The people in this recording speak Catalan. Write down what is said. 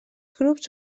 grups